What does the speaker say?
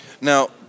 Now